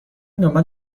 دنبال